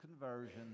conversion